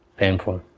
painful